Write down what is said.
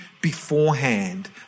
beforehand